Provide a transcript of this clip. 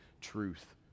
truth